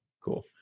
Cool